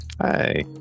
hi